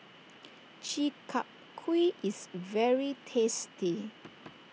Chi Kak Kuih is very tasty